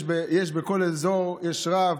בכל אזור יש רב,